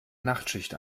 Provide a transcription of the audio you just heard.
nachtschicht